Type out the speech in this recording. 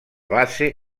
base